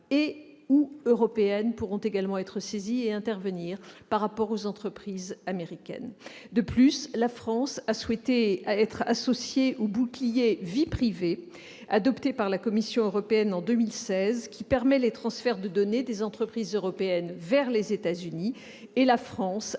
et/ou européennes pourront également être saisies et intervenir par rapport aux entreprises américaines. De plus, la France a souhaité être associée au « bouclier vie privée », adopté par la Commission européenne en 2016, qui permet les transferts de données des entreprises européennes vers les États-Unis. La France a